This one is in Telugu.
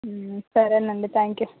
సరేనండి త్యాంక్ యూ